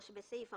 בסעיף 14,